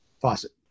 faucet